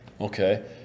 Okay